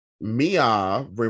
Mia